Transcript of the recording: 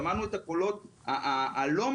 שמענו את הקולות אתמול,